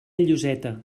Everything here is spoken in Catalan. lloseta